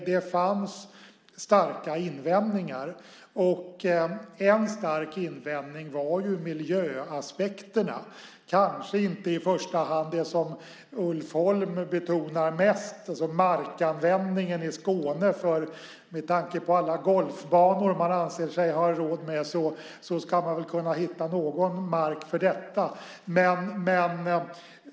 Det fanns starka invändningar. En stark invändning var miljöaspekterna, kanske inte i första hand det som Ulf Holm betonar mest, markanvändningen i Skåne. Med tanke på alla golfbanor man anser sig ha råd med ska man väl kunna hitta någon mark för detta.